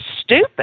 stupid